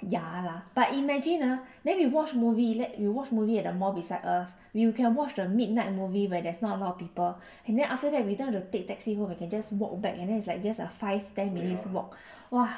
ya lah but imagine ah then we watch movie you watch movie at the mall beside us we you can watch the midnight movie where there's not a lot of people and then after that don't have to take taxi home we can just walk back and then it's like just a five ten minutes walk !wah!